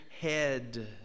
head